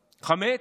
חמץ,